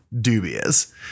dubious